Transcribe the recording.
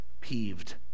peeved